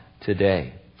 today